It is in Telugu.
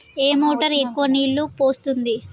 ఏ మోటార్ ఎక్కువ నీళ్లు పోస్తుంది?